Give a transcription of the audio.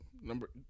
Number